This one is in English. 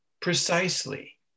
precisely